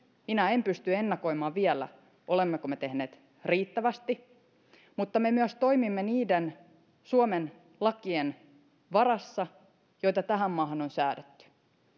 minä en pysty ennakoimaan vielä olemmeko me tehneet riittävästi mutta me myös toimimme niiden suomen lakien varassa joita tähän maahan on säädetty